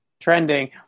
trending